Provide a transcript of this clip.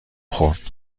خورد